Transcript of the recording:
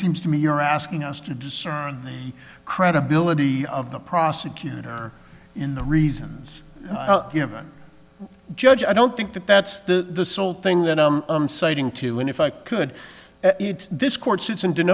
seems to me you're asking us to discern the credibility of the prosecutor in the reasons given judge i don't think that that's the whole thing that i'm citing to and if i could this court sits and didn't